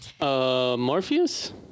Morpheus